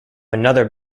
another